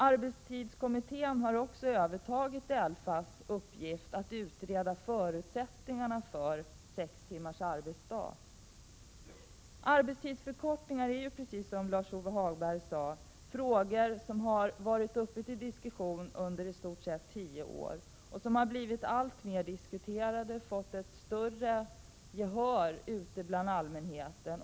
Arbetstidskommittén har också övertagit DELFA:s uppgift att utreda förutsättningarna för sex timmars arbetsdag. Förslag om arbetstidsförkortningar har ju, precis som Lars-Ove Hagberg sade, under i stort sett tio år blivit alltmer diskuterade och vunnit allt större gehör ute bland allmänheten.